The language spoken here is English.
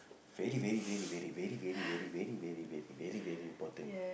very very very very very very very very very very very very very important